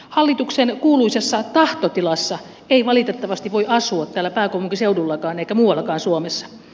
hallituksen kuuluisassa tahtotilassa ei valitettavasti voi asua täällä pääkaupunkiseudullakaan eikä muuallakaan suomessa